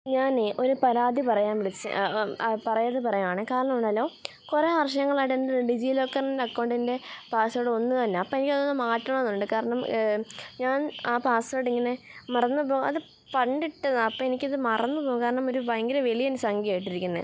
ഞാനെ ഒരു പരാതി പറയാൻ വിളിച്ചെ പരാതി പറയാണെ കാരണമുണ്ടല്ലൊ കുറേ വർഷങ്ങളായിട്ടെൻ്റെ ഡിജിലോക്കറിൻ്റെ അക്കൗണ്ടിൻ്റെ പാസ്വേഡൊന്നു തന്നാൽ അപ്പോൾ എനിക്കതൊന്നു മാറ്റണമെന്നുണ്ട് കാരണം ഞാൻ ആ പാസ്വേഡിങ്ങനെ മറന്നു പോയി അതു പണ്ടിട്ടതാണ് അപ്പോൾ എനിക്കതു മറന്നുപോകുക കാരണം ഒരു ഭയങ്കര വലിയ ഒരു സംഖ്യ ഇട്ടിരിക്കുന്നത്